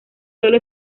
sólo